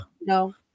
No